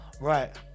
Right